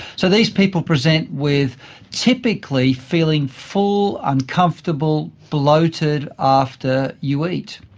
so these people present with typically feeling full, uncomfortable, bloated after you eat.